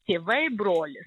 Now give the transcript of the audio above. tėvai brolis